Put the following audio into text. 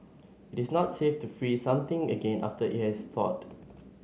it is not safe to freeze something again after it has thawed